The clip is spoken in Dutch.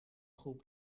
groep